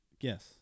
Yes